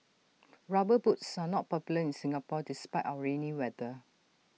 rubber boots are not popular in Singapore despite our rainy weather